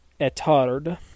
Etard